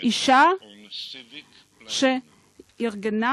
האישה שארגנה